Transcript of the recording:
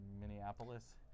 Minneapolis